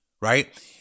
right